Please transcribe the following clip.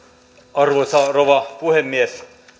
arvoisa rouva puhemies